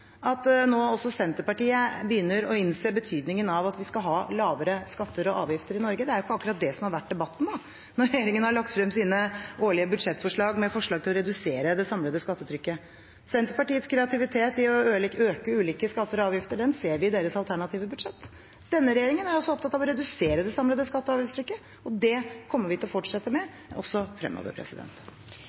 at også Senterpartiet nå begynner å innse betydningen av at vi skal ha lavere skatter og avgifter i Norge. Det er jo ikke akkurat det som har vært debatten når regjeringen har lagt frem sine årlige budsjettforslag med forslag om å redusere det samlede skattetrykket. Senterpartiets kreativitet når det gjelder å øke ulike skatter og avgifter, ser vi i deres alternative budsjett. Denne regjeringen er opptatt av å redusere det samlede skatte- og avgiftstrykket. Det kommer vi til å fortsette med også fremover.